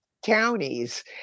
counties